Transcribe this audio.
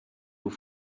aux